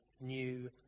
New